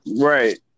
Right